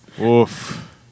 oof